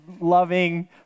loving